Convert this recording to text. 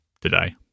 today